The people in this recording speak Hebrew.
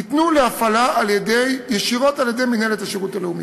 ניתנו להפעלה ישירות על-ידי מינהלת השירות הלאומי.